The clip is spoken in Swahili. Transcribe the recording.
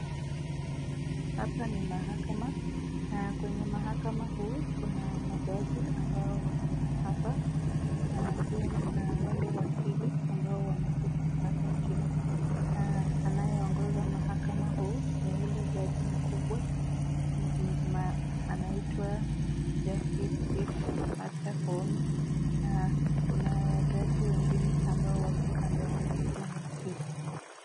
Hapa ni mahakama, kwenye mahakama huu kuna judge ambao wako hapa, pia kuna wale wakili wameketi hapa chini, na anaye ongoza mahakama huu ni ule judge ule mkubwa anaitwa Justice chief[ cs] mother koome ,na kuna wajaji wengine ambao wako kando yake na wakili.